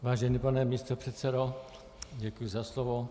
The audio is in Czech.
Vážený pane místopředsedo, děkuji za slovo.